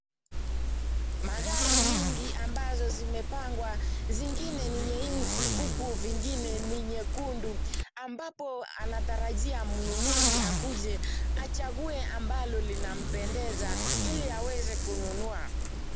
Magari mingi ambazo zimepangwa, zingine ni nyeusi huku vingine ni nyekundu, ambapo anatarajia mnunuzi aje achague ambalo linampendeza, ili aweze kununua.